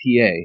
PA